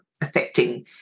affecting